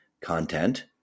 content